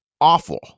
awful